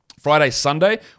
Friday-Sunday